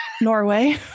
Norway